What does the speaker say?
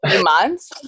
Months